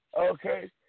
Okay